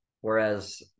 Whereas